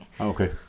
Okay